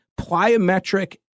plyometric